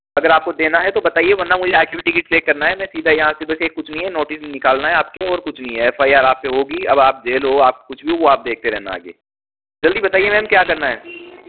अगर आपको देना है तो बताइए वरना मुझे आगे भी टिकट चेक करना है मैं सीधा यहाँ से बस एक कुछ नहीं है नोटिस निकालना है आपके और कुछ नहीं है एफ़ आई आर आपके होगी अब आप जेल हो आप कुछ भी हो वह आप देखते रहना आगे जल्दी बताइए मेम क्या करना है